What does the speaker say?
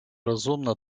розумна